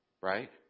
right